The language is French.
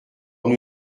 nous